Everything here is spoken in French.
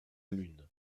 lune